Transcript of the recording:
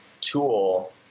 tool